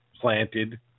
planted